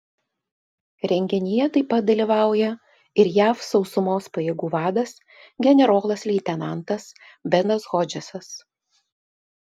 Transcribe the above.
renginyje taip pat dalyvauja ir jav sausumos pajėgų vadas generolas leitenantas benas hodgesas